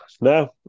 No